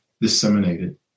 disseminated